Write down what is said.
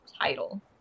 title